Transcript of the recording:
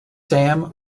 sam